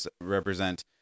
represent